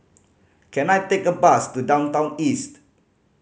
can I take a bus to Downtown East